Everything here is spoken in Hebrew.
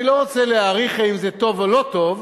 אני לא רוצה להאריך אם זה טוב או לא טוב,